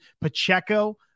Pacheco